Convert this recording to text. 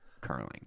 Curling